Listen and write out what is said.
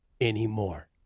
anymore